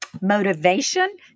motivation